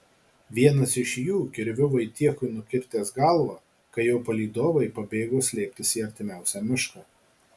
vienas iš jų kirviu vaitiekui nukirtęs galvą kai jo palydovai pabėgo slėptis į artimiausią mišką